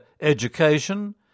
education